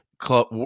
club